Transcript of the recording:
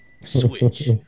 Switch